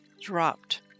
dropped